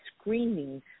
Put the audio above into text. screaming